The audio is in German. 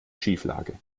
schieflage